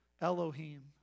Elohim